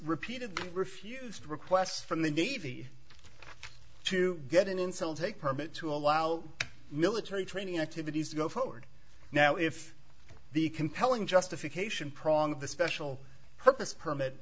repeatedly refused requests from the navy to get an insult a permit to allow military training activities to go forward now if the compelling justification prong of the special purpose permit